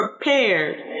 prepared